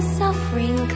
suffering